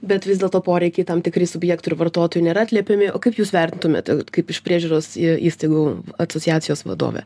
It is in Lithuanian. bet vis dėlto poreikiai tam tikri subjektų ir vartotojų nėra atliepiami o kaip jūs vertintumėt vat kaip iš priežiūros į įstaigų asociacijos vadovė